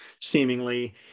seemingly